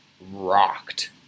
rocked